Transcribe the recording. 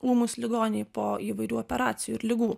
ūmūs ligoniai po įvairių operacijų ir ligų